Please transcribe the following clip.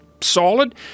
solid